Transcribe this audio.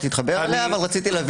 התשפ"ג-2023.